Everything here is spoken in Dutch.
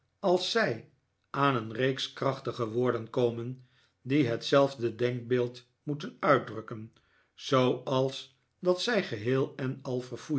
als zij aan een reeks krachtige woorden komen die hetzelfde denkbeeld moeten uitdrukken zpoals dat zij geheel en al